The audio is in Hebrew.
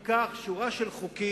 אם כך, שורה של חוקים.